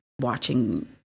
watching